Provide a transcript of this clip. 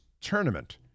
tournament